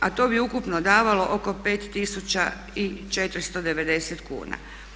To bi ukupno davalo oko 5490 kuna.